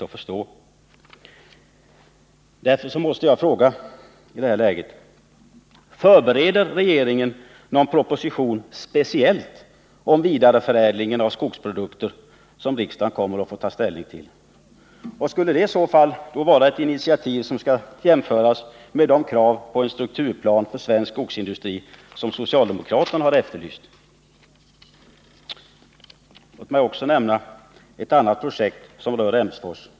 I det här läget måste jag fråga: Förbereder regeringen någon proposition speciellt om vidareförädlingen av skogsprodukter som riksdagen kommer att få ta ställning till? Skulle det i så fall vara ett initiativ som skall jämföras med de krav på en strukturplan för svensk skogsindustri som socialdemokraterna har framfört? Låt mig också nämna ett annat projekt som rör Emsfors.